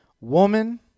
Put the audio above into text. woman